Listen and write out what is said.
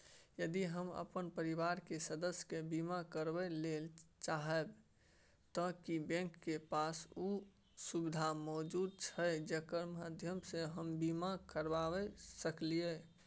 यदि हम अपन परिवार के सदस्य के बीमा करबे ले चाहबे त की बैंक के पास उ सुविधा मौजूद छै जेकर माध्यम सं हम बीमा करबा सकलियै?